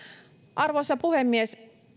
arvoisa puhemies